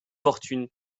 fortunes